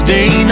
Day